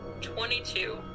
Twenty-two